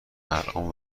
الان